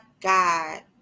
God